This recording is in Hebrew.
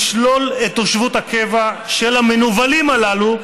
לשלול את תושבות הקבע של המנוולים הללו,